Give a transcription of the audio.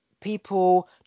people